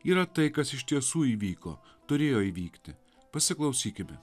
yra tai kas iš tiesų įvyko turėjo įvykti pasiklausykime